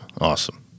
Awesome